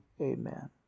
amen